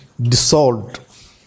dissolved